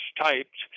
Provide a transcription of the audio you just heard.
typed